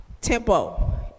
tempo